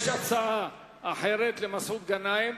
יש הצעה אחרת למסעוד גנאים,